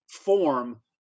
form